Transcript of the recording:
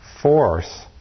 force